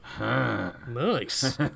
Nice